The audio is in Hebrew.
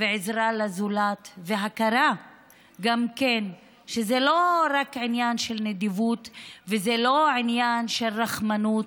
עזרה לזולת וגם הכרה שזה לא רק עניין של נדיבות וזה לא עניין של רחמנות,